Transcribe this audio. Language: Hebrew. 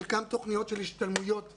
חלקן תוכניות של השתלמויות מורים,